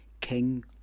King